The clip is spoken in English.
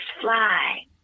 fly